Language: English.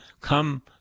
Come